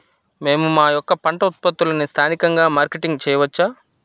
మేము మా యొక్క పంట ఉత్పత్తులని స్థానికంగా మార్కెటింగ్ చేయవచ్చా?